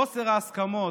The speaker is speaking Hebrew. חוסר ההסכמות,